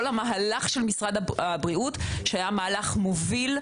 כל המהלך של משרד הבריאות שהיה מהלך מוביל,